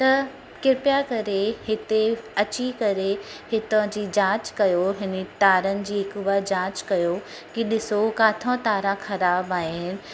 त कृपया करे हिते अची करे हितां जी जांच कयो हिन तारनि जी हिकु बार जांच कयो कि ॾिसो काथा तार ख़राबु आहिनि